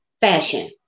fashion